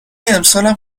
امسالم